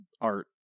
art